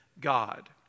God